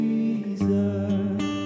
Jesus